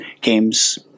games